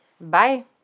Bye